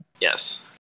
Yes